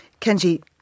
Kenji